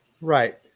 Right